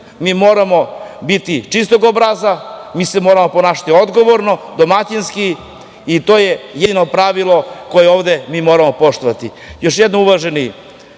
mi moramo biti čistog obraza, mi se moramo ponašati odgovorno, domaćinski i to je jedino pravilo koje ovde mi moramo poštovati. Još